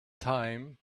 time